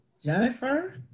jennifer